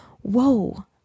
whoa